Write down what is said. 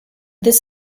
this